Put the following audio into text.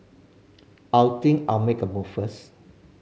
I think I'll make a move first